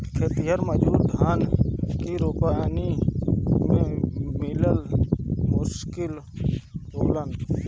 खेतिहर मजूर धान के रोपनी में मिलल मुश्किल होलन